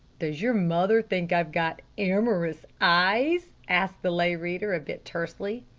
does your mother think i've got. amorous eyes? asked the lay reader a bit tersely.